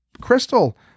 crystal